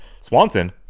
Swanson